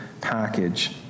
package